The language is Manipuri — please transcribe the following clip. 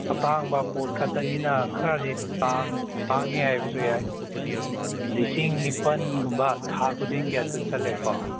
ꯑꯇꯥꯡꯕ ꯄꯣꯠ ꯈꯛꯇꯅꯤꯅ ꯈꯔꯗꯤ ꯇꯥꯡꯉꯦ ꯍꯥꯏꯕꯁꯨ ꯌꯥꯏ ꯂꯤꯁꯤꯡ ꯅꯤꯄꯥꯜꯒꯨꯝꯕ ꯊꯥ ꯈꯨꯗꯤꯡꯒꯤ ꯑꯗꯨ ꯆꯠꯂꯦꯀꯣ